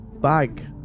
bag